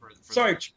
Sorry